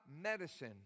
medicine